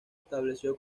estableció